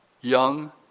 young